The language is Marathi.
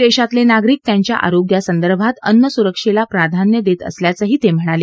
देशातले नागरिक त्यांच्या आरोग्यासंदर्भात अन्नसुरक्षेला प्राधान्य देत असल्याचंही ते म्हणाले